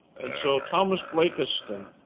and so thomas blakiston